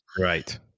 Right